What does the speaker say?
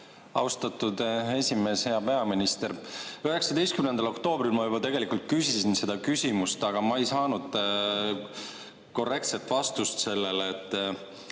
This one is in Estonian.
Austatud esimees! Hea peaminister! 19. oktoobril ma juba tegelikult küsisin seda küsimust, aga ma ei saanud korrektset vastust sellele.